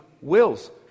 wills